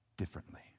differently